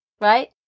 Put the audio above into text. Right